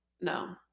no